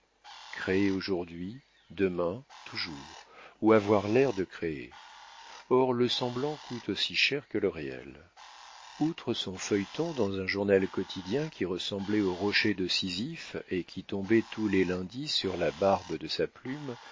créer aujourd'hui demain toujours ou avoir l'air de créer or le semblant coûte aussi cher que le réel outre son feuilleton dans un journal quotidien qui ressemblait au rocher de sisyphe et qui tombait tous les lundis sur la barbe de sa plume